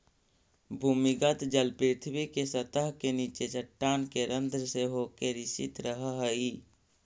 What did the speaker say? भूमिगत जल पृथ्वी के सतह के नीचे चट्टान के रन्ध्र से होके रिसित रहऽ हई